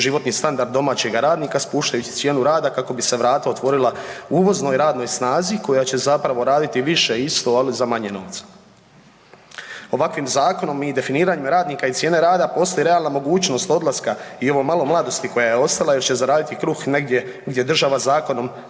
životni standard domaćega radnika spuštajući cijenu rada kako bi se vrata otvorila uvoznoj radnoj snazi koja će zapravo raditi više isto ali za manje novca. Ovakvim zakonom i definiranjem radnika i cijene rada postoji realna mogućnost odlaska i ovo malo mladosti koja je ostala još će zaraditi kruh negdje gdje država zakonom